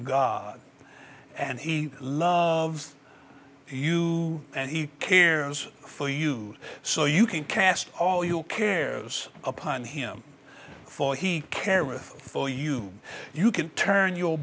god and he loves you and he cares for you so you can cast all your cares upon him for he cared for you you can turn your